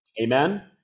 Amen